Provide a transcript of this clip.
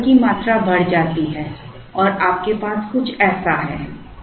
तो ऑर्डर की मात्रा बढ़ जाती है और आपके पास कुछ ऐसा है